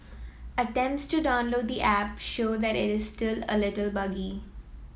attempts to download the app show that it is still a little buggy